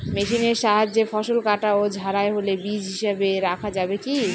মেশিনের সাহায্যে ফসল কাটা ও ঝাড়াই হলে বীজ হিসাবে রাখা যাবে কি?